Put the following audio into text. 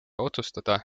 otsustada